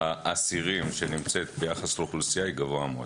האסירים שנמצאת ביחס לאוכלוסייה היא גבוהה מאוד.